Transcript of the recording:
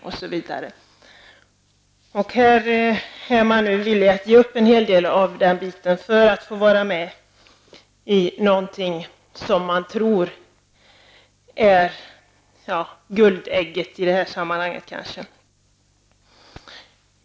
Här är moderaterna nu villiga att ge upp en hel del av detta för att få vara med i någonting som man tror är ett guldägg. Herr talman!